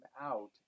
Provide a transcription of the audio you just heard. out